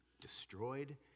destroyed